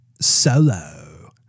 solo